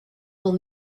will